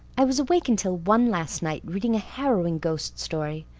i was awake until one last night, reading a harrowing ghost story.